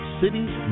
cities